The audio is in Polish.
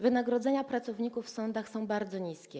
Wynagrodzenia pracowników w sądach są bardzo niskie.